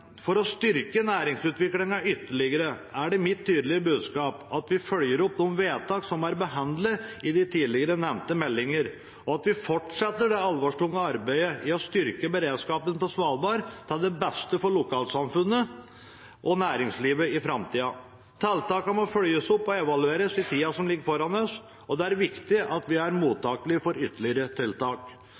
For å styrke næringsutviklingen ytterligere er det mitt tydelige budskap at vi følger opp de vedtak som er behandlet i de tidligere nevnte meldinger, og at vi fortsetter det alvorstunge arbeidet med å styrke beredskapen på Svalbard til beste for lokalsamfunnet og næringslivet i framtiden. Tiltakene må følges opp og evalueres i tiden som ligger foran oss, og det er viktig at vi er mottakelige for ytterligere tiltak.